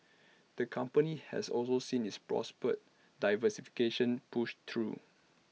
the company has also seen its proposed diversification pushed through